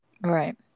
Right